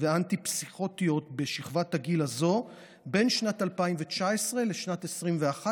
ואנטי-פסיכוטיות בשכבת הגיל הזאת בין שנת 2019 לשנת 2021,